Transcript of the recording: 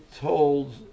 told